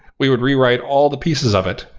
we would rewrite all the pieces of it,